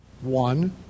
One